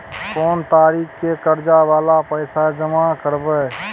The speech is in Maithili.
कोन तारीख के कर्जा वाला पैसा जमा करबे?